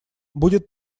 будет